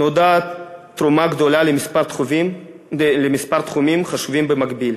נודעת תרומה גדולה לכמה תחומים חשובים במקביל: